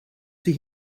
sie